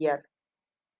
biyar